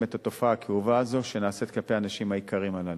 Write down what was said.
את התופעה הכאובה הזאת כלפי האנשים היקרים הללו: